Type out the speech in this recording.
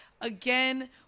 again